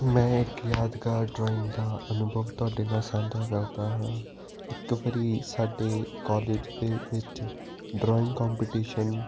ਮੈਂ ਇਕ ਯਾਦਗਾਰ ਡਰਾਇੰਗ ਦਾ ਅਨੁਭਵ ਤੁਹਾਡੇ ਨਾਲ ਸਾਂਝਾ ਕਰਦਾ ਹਾਂ ਇੱਕ ਵਾਰੀ ਸਾਡੇ ਕਾਲਜ ਦੇ ਵਿੱਚ ਡਰਾਇੰਗ ਕੰਪਟੀਸ਼ਨ